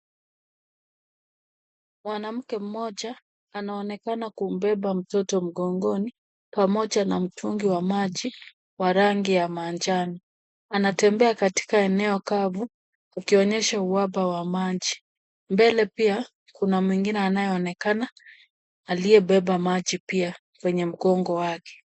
Mwanamke mmoja anaonekana kumbeba mtoto mgongoni, pamoja na mtungi wa maji wa rangi ya manjano. Anatembea katika eneo kavu, ukionyesha uhaba wa maji. Mbele pia kuna mwengine anayeonekana aliyebeba maji pia kwenyw mgongo wake.